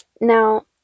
Now